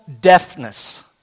deafness